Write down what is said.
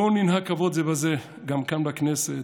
בואו ננהג כבוד זה בזה גם כאן בכנסת,